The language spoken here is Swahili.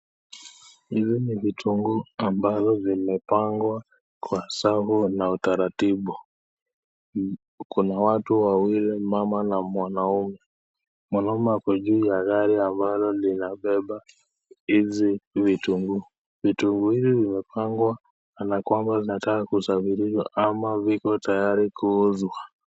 Hizi ni vitunguu ambazo zimepangwa kwa usawa na utaratibu, kuna watu wawili mama na mwanaume, mwanaume ako juu ya gari ambalo linabeba hizi vitunguu. Vitunguu hizi zimepangwa kana kwamba zinataka kusafirishwa ama viko tayari kuuzwa.